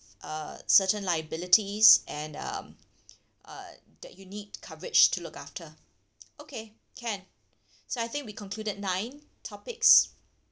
uh certain liabilities and um uh that you need coverage to look after okay can so I think we concluded nine topics